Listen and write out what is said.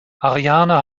ariane